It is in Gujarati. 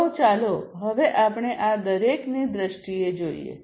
તો ચાલો હવે આપણે આ દરેકની દ્રષ્ટિ જોઈએ